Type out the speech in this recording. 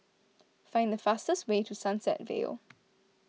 find the fastest way to Sunset Vale